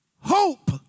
Hope